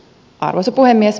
arvoisa puhemies